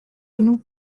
nous